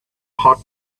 hot